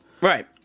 Right